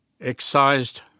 excised